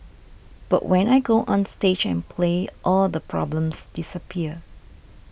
but when I go onstage and play all the problems disappear